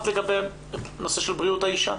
לגבי בריאות האישה?